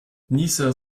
nieser